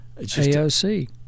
AOC